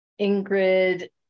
Ingrid